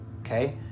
Okay